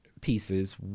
pieces